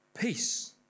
peace